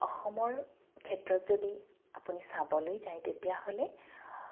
অসমৰ ক্ষেত্ৰত যদি আপুনি চাবলৈ যায় তেতিয়াহ'লে